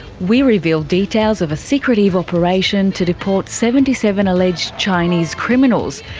we revealed details of a secretive operation to deport seventy seven alleged chinese criminals,